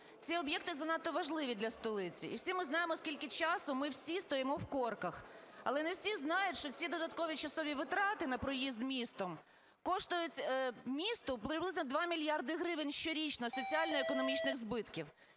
Ці об'єкти занадто важливі для столиці, і всі ми знаємо, скільки часу ми всі стоїмо в корках. Але не всі знають, що ці додаткові часові витрати на проїзд містом коштують місту приблизно 2 мільярди гривень щорічно соціально-економічних збитків.